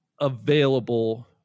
available